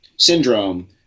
syndrome